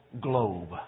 globe